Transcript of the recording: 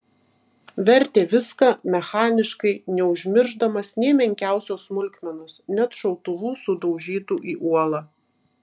vertė viską mechaniškai neužmiršdamas nė menkiausios smulkmenos net šautuvų sudaužytų į uolą